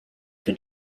for